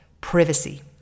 privacy